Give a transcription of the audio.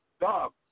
dog